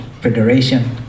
federation